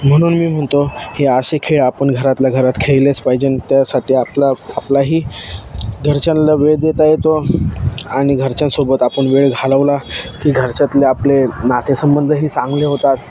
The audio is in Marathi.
म्हणून मी म्हणतो हे असे खेळ आपण घरातल्या घरात खेळलेच पाहिजे त्यासाठी आपला आपलाही घरच्यांला वेळ देता येतो आणि घरच्यांसोबत आपण वेळ घालवला की घरच्यातले आपले नातेसंबंधही चांगले होतात